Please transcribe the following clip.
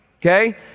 okay